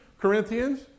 Corinthians